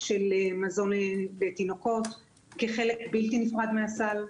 של מזון לתינוקות כחלק בלתי נפרד מהסל,